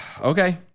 Okay